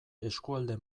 eskualde